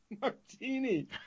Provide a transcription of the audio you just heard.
martini